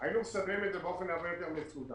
היינו מסדרים את זה באופן הרבה יותר מסודר.